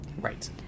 Right